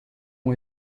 ont